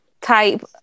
type